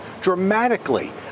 dramatically